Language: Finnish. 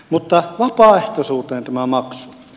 mutta vapaaehtoisuuteen tämä maksu